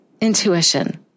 intuition